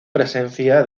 presencia